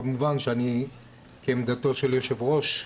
כמובן שאני כעמדתו של יושב הראש,